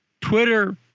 Twitter